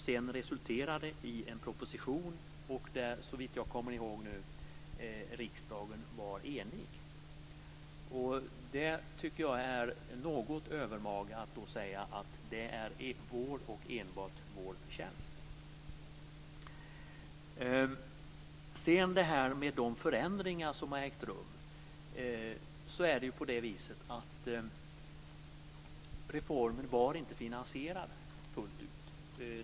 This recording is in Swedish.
Det resulterade sedan i en proposition. Där var riksdagen, så vitt jag kommer ihåg, enig. Jag tycker att det är något övermaga att då säga: Det är vår, och enbart vår förtjänst. Så till de förändringar som har ägt rum. Det var ju på det viset att reformen inte var finansierad fullt ut.